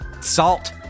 Salt